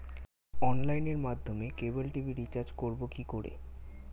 অনলাইনের মাধ্যমে cable TV recharge করব কি করে?